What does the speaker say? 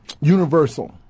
universal